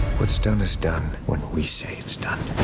what's done is done when we say it's done.